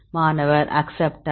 மாணவர் அச்செப்டார்